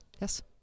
Yes